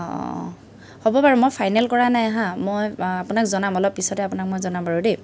অঁ অঁহ হ'ব বাৰু মই ফাইনেল কৰা নাই হাঁ মই আপোনাক জনাম অলপ পিছতে আপোনাক মই জনাম বাৰু দেই